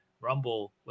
Rumble